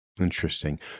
Interesting